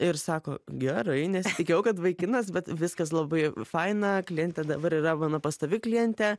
ir sako gerai nesitikėjau kad vaikinas bet viskas labai faina klientė dabar yra mano pastovi klientė